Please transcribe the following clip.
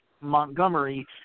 Montgomery